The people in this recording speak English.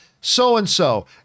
so-and-so